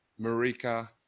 Marika